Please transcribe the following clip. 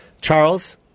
Charles